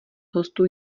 hostů